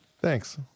Thanks